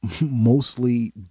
mostly